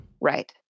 Right